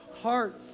heart